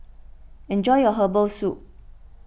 enjoy your Herbal Soup